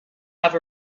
have